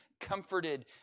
comforted